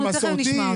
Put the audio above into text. מסורתי,